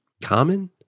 common